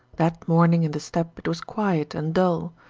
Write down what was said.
that morning in the steppe it was quiet and dull,